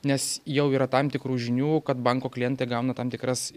nes jau yra tam tikrų žinių kad banko klientai gauna tam tikras